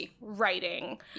writing